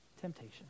temptation